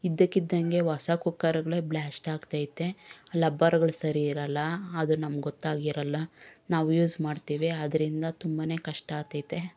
ಇದ್ದಕ್ಕಿದ್ದಂಗೆ ಹೊಸ ಕುಕ್ಕರುಗಳೇ ಬ್ಲಾಶ್ಟ್ ಆಗ್ತೈತೆ ಲಬ್ಬರುಗಳು ಸರಿ ಇರೋಲ್ಲ ಅದು ನಮಗೆ ಗೊತ್ತಾಗಿರೋಲ್ಲ ನಾವು ಯೂಸ್ ಮಾಡ್ತೀವಿ ಅದರಿಂದ ತುಂಬನೇ ಕಷ್ಟ ಆಗ್ತೈತೆ